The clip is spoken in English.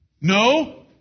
No